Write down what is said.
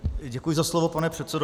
Děkuji za slovo, pane předsedo.